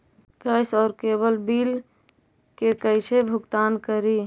Gas और cable bill के कैसे भुगतान करी?